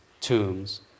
tombs